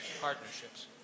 partnerships